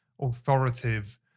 authoritative